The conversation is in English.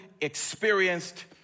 experienced